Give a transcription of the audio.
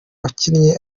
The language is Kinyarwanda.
wakinnye